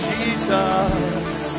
Jesus